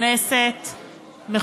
תודה רבה,